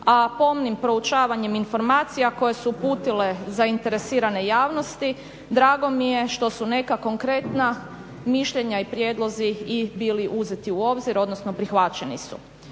a pomnim proučavanjem informacija koje su uputile zainteresirane javnosti, drago mi je što su neka konkretna mišljenja i prijedlozi i bili uzeti u obzir, odnosno prihvaćeni su.